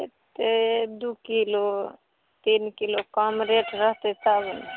एतेक दुइ किलो तीन किलो कम रेट रहतै तब ने